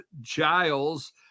Giles